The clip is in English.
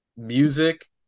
Music